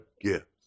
gifts